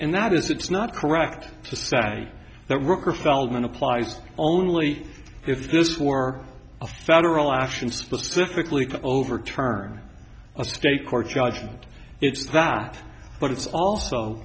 and that is it's not correct to say that worker feldman applies only if this were a federal action specifically to overturn a state court judgment it's that but it's also